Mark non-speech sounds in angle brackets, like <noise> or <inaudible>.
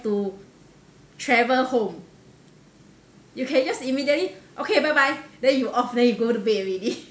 to travel home you can just immediately okay bye bye then you off then you go to bed already <laughs>